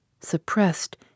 suppressed